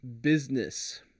business